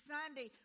Sunday